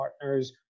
partners